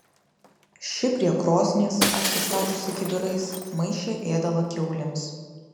ši prie krosnies apsistačiusi kibirais maišė ėdalą kiaulėms